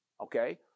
okay